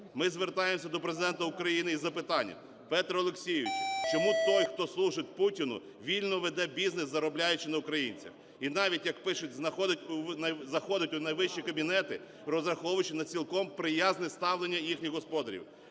Ми звертаємося до Президента України із запитанням: Петре Олексійовичу, чому той, хто служить Путіну, вільно веде бізнес, заробляючи на українцях, і навіть, як пишуть, заходить у найвищі кабінети, розраховуючи на цілком приязне ставлення їхніх господарів?